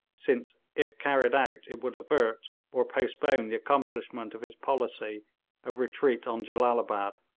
since if carried out it would avert or postpone the accomplishment of his policy of retreat on jellalabad